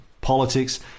politics